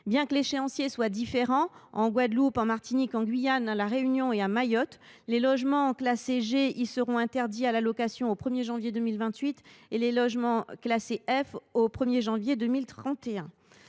Bien que l’échéancier soit différent en Guadeloupe, en Martinique, en Guyane, à La Réunion et à Mayotte, les logements classés G y seront interdits à la location au 1 janvier 2028, les logements classés F l’étant au 1 janvier 2031.